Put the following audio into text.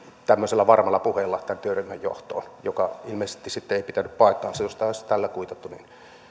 tämmöisellä varmalla puheella tämän työryhmän johtoon mikä ilmeisesti sitten ei pitänyt paikkaansa jos tämä olisi tällä kuitattu